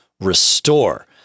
restore